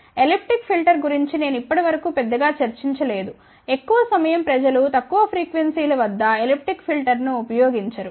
కాబట్టి elliptic filter గురించి నేను ఇప్పటి వరకు పెద్దగా చర్చించలేదు ఎక్కువ సమయం ప్రజలు తక్కువ ఫ్రీక్వెన్సీల వద్ద ఎలిప్టిక్ ఫిల్టర్ను ఉపయోగించరు